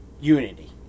Unity